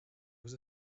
was